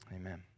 Amen